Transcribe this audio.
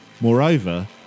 Moreover